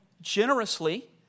generously